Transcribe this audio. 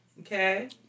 Okay